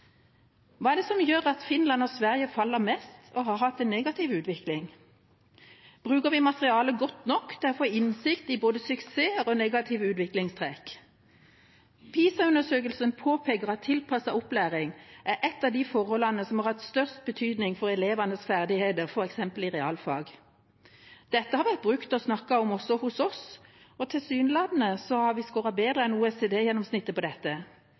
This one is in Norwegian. Hva er det som gjør at Finland og Sverige faller mest, og har hatt en negativ utvikling? Bruker vi materialet godt nok til å få innsikt i både suksesser og negative utviklingstrekk? PISA-undersøkelsen påpeker at tilpasset opplæring er et av de forholdene som har hatt størst betydning for elevenes ferdigheter, f.eks. i realfag. Dette har vært brukt og snakket om også hos oss, og tilsynelatende har vi scoret bedre enn OECD-gjennomsnittet på dette.